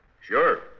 Sure